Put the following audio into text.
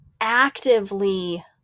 actively